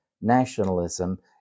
nationalism